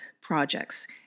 projects